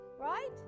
right